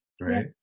right